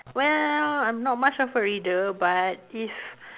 well I'm not much of a reader but if